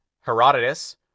Herodotus